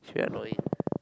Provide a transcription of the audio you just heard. she very annoying